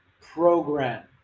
program